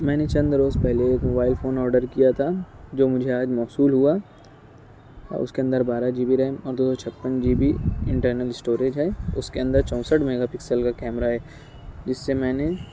میں نے چند روز پہلے ایک موبائل فون آرڈر کیا تھا جو مجھے آج موصول ہوا اور اس کے اندر بارہ جی بی ریم اور دو سو چھپن جی بی انٹرنل اسٹوریج ہے اس کے اندر چونسٹھ میگا پکسل کا کیمرا ہے جس سے میں نے